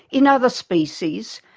in other species,